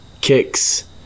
kicks